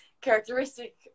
Characteristic